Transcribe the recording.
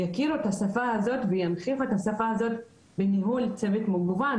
יכירו את השפה הזאת וינכיחו את השפה הזאת בניהול צוות מגוון,